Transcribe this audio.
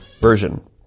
version